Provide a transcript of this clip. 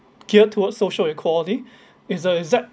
geared towards social equality it's the exact